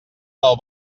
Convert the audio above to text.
del